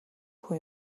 хүн